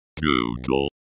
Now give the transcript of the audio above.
Google